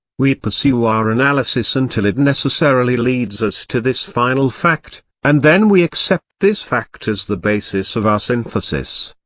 we pursue our analysis until it necessarily leads us to this final fact, and then we accept this fact as the basis of our synthesis.